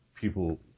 people